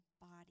body